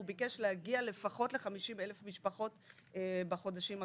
הוא ביקש להגיע לפחות ל-50,000 משפחות בחודשים הקרובים.